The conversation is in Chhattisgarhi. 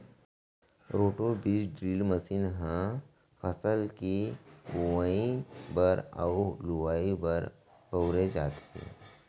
रोटो बीज ड्रिल मसीन ह फसल के बोवई बर अउ लुवाई बर बउरे जाथे